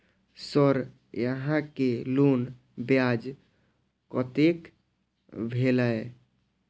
Sir यहां के loan ब्याज कतेक भेलेय?